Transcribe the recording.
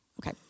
Okay